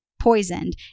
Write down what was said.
poisoned